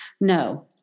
no